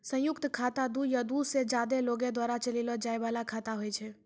संयुक्त खाता दु या दु से ज्यादे लोगो द्वारा चलैलो जाय बाला खाता होय छै